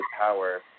power